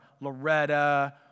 Loretta